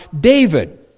David